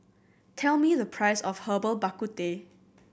tell me the price of Herbal Bak Ku Teh